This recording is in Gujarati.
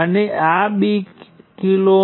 તેથી આપણે તે બાબત જોઈશું